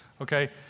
Okay